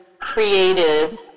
created